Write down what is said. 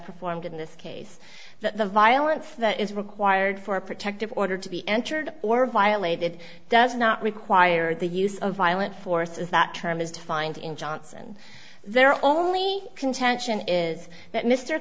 performed in this case that the violence that is required for a protective order to be entered or violated does not require the use of violent force is that term is defined in johnson there are only contention is that mr